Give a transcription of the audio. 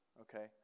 Okay